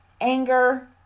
anger